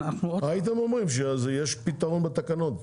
הייתם אומרים שיש פתרון בתקנות.